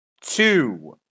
two